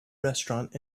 restaurant